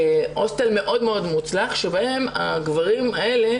הוסטל מאוד מוצלח שבו הגברים האלה